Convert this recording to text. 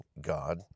God